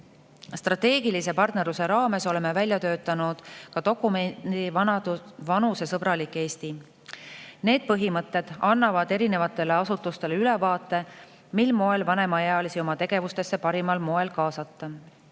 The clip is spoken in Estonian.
Strateegilise partnerluse raames oleme välja töötanud ka dokumendi "Vanusesõbralik Eesti". Need põhimõtted annavad erinevatele asutustele ülevaate, mil moel vanemaealisi oma tegevustesse parimal moel kaasata.